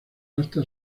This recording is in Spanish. hasta